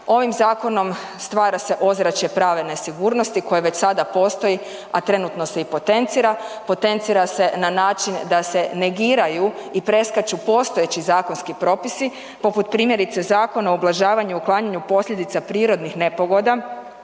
Ovim zakonom stvara se ozračje prave nesigurnosti koja već sada postoji, a trenutno se i potencira, potencira se na način da se negiraju i preskaču postojeći zakonski propisi, poput, primjerice Zakona o ublažavanju i uklanjanju posljedica prirodnih nepogoda.